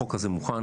החוק הזה מוכן.